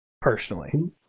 Personally